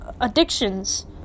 addictions